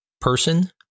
Person